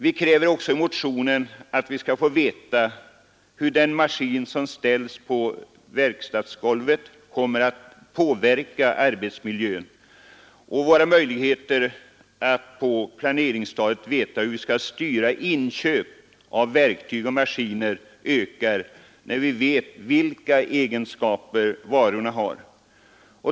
Vi kräver också att vi skall få veta hur den maskin som ställs på verkstadsgolvet kommer att påverka arbetsmiljön. Våra möjligheter att på planeringsstadiet veta hur vi skall styra inköp av verktyg och maskiner ökar, framhåller vi, när vi vet vilka egenskaper varorna har.